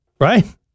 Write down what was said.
Right